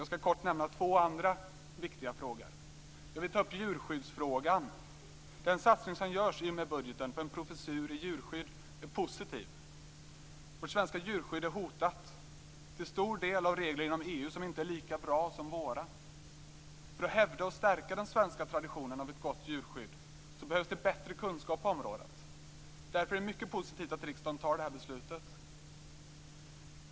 Jag skall kort nämna två andra viktiga frågor. Jag vill ta upp djurskyddsfrågan. Den satsning som görs i och med budgeten på en professur i djurskydd är positiv. Vårt svenska djurskydd är hotat, till stor del av regler inom EU som inte är lika bra som våra. För att hävda och stärka den svenska traditionen av ett gott djurskydd behövs bättre kunskap på området. Därför är det mycket positivt att riksdagen fattar detta beslut.